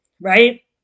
right